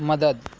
મદદ